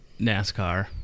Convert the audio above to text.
NASCAR